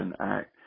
Act